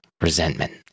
resentment